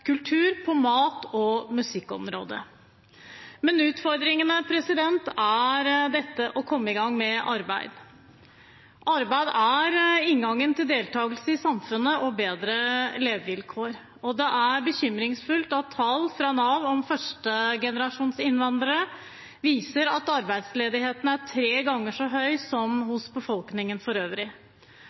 kultur på mat- og musikkområdet. Utfordringen er dette å komme i gang med arbeid. Arbeid er inngangen til deltakelse i samfunnet og bedre levevilkår, og det er bekymringsfullt at tall fra Nav viser at arbeidsledigheten blant første generasjons innvandrere er tre ganger så høy som hos befolkningen for øvrig.